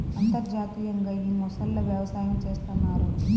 అంతర్జాతీయంగా ఈ మొసళ్ళ వ్యవసాయం చేస్తన్నారు